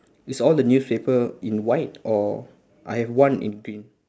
is all the newspaper in white or I have one in green